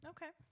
Okay